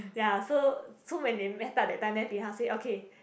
ya so so when they met up that time then bin hao say okay